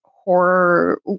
horror